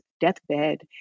deathbed